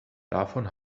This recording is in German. davon